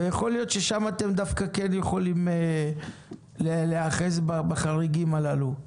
יכול להיות ששם אתם דווקא כן יכולים להיאחז בחריגים הללו.